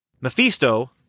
Mephisto